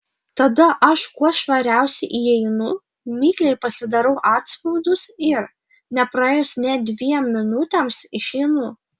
tada aš kuo švariausiai įeinu mikliai pasidarau atspaudus ir nepraėjus nė dviem minutėms išeinu